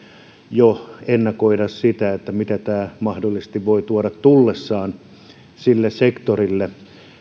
jo ennakoida sitä mitä tämä mahdollisesti voi tuoda tullessaan sille sektorille